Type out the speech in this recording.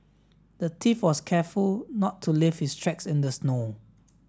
the thief was careful not to leave his tracks in the snow